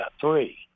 three